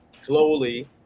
slowly